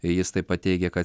jis taip pat teigia kad